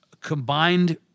combined